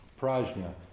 Prajna